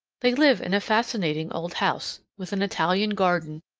they live in a fascinating old house with an italian garden,